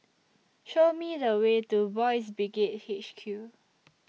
Show Me The Way to Boys' Brigade H Q